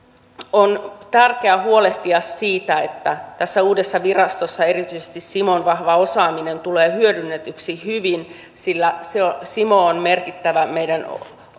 on tärkeää huolehtia siitä että tässä uudessa virastossa erityisesti cimon vahva osaaminen tulee hyödynnetyksi hyvin sillä cimo on merkittävä meidän